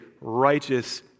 righteous